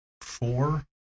four